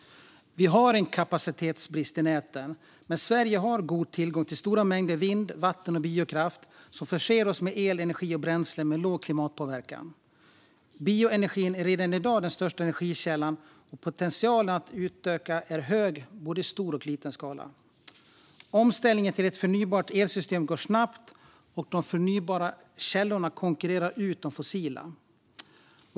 Vi har kapacitetsbrist i näten, men Sverige har god tillgång till stora mängder vind, vatten och biokraft som förser oss med el, energi och bränslen med låg klimatpåverkan. Bioenergin är redan i dag den största energikällan, och potentialen att utöka är hög, både i stor och i liten skala. Omställningen till ett förnybart elsystem går snabbt, och de förnybara källorna konkurrerar ut de fossila.